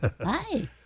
Hi